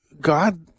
God